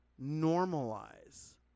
normalize